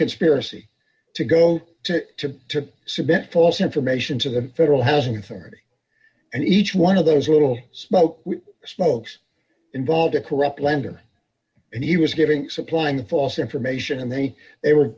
conspiracy to go to to submit false information to the federal housing authority and each one of those little smoke smokes involved a corrupt lender and he was giving supplying the false information and then they were